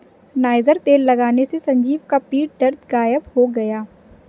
niger तेल लगाने से संजीव का पीठ दर्द गायब हो गया